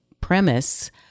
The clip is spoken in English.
premise